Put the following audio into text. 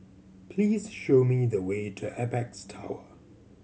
please show me the way to Apex Tower